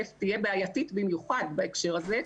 תהיה בעייתית במיוחד בהקשר הזה,